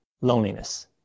loneliness